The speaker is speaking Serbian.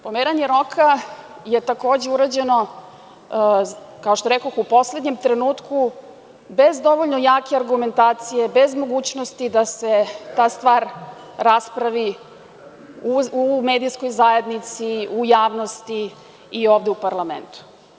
Pomeranje roka je takođe urađeno, kao što rekoh, u poslednjem trenutku, bez dovoljno jake argumentacije, bez mogućnosti da se ta stvar raspravi u medijskoj zajednici, u javnosti i ovde u parlamentu.